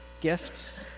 gifts